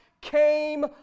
came